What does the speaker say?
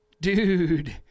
Dude